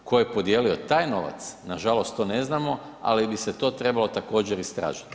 Tko je podijelio taj novac, nažalost to ne znamo, ali bi se to trebalo također istražiti.